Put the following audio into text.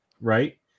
right